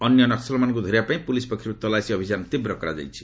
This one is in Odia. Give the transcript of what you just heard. ଅନ୍ୟ ନସ୍କଲମାନଙ୍କୁ ଧରିବା ପାଇଁ ପୁଲିସ୍ ପକ୍ଷରୁ ତଲାସୀ ଅଭିଯାନକୁ ତୀବ୍ର କରାଯାଇଛି